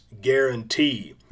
guarantee